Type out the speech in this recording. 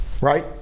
Right